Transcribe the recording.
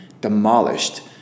demolished